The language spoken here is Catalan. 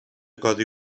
codi